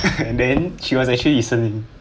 then she was actually listening